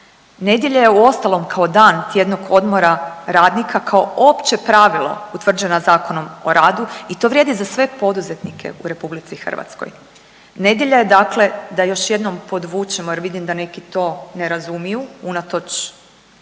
Nedjelja je uostalom kao dan tjednog odmora radnika kao opće pravilo utvrđena Zakonom o radu i to vrijedi za sve poduzetnike u Republici Hrvatskoj. Nedjelja je dakle, da još jednom podvučemo jer vidim da neki to ne razumiju unatoč činjenici